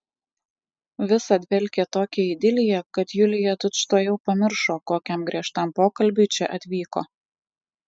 visa dvelkė tokia idilija kad julija tučtuojau pamiršo kokiam griežtam pokalbiui čia atvyko